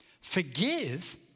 Forgive